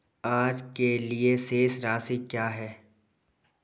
आज के लिए शेष राशि क्या है?